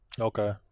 Okay